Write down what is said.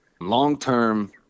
Long-term